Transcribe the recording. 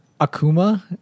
akuma